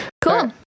Cool